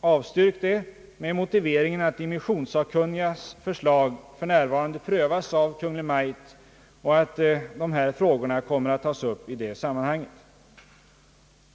avstyrkt detta med den motiveringen, att immissionssakunnigas förslag för närvarande prövas av Kungl. Maj:t och att de här frågorna kommer att tas upp i det sammanhanget.